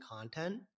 content